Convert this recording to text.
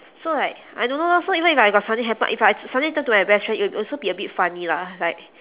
so like I don't know lor so even if I got something happen if I s~ something tell to my best friend it will also be a bit funny lah like